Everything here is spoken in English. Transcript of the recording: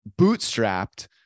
bootstrapped